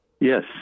Yes